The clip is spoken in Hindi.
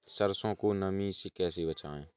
सरसो को नमी से कैसे बचाएं?